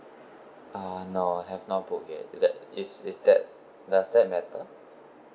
uh no I have not book yet that is is that does that matter